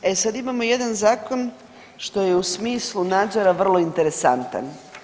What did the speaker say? E sad, imamo jedan zakon što je u smislu nadzora vrlo interesantan.